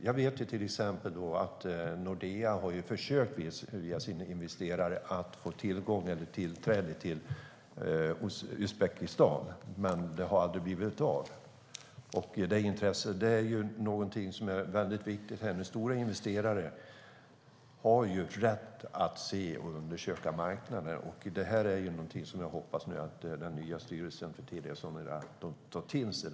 Jag vet till exempel att Nordea via sin investerare har försökt att få tillträde till Uzbekistan, men det har aldrig blivit av. Detta är någonting som är viktigt; stora investerare har rätt att se och undersöka marknader. Detta är någonting som jag hoppas att den nya styrelsen för Telia Sonera tar till sig.